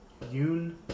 Yoon